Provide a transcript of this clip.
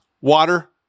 water